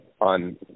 on